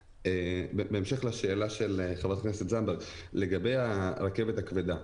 בהמשך לשאלה של חברת הכנסת זנדברג לגבי הרכבת הכבדה.